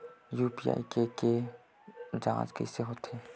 UPI के के जांच कइसे होथे?